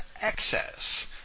excess